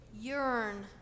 Yearn